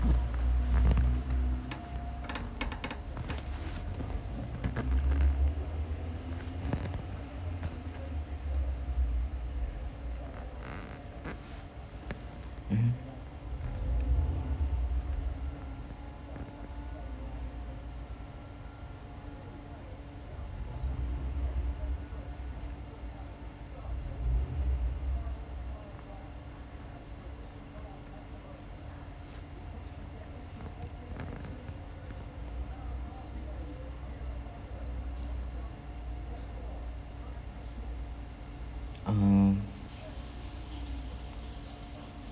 mmhmm uh